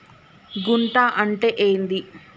గుంట అంటే ఏంది?